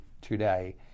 today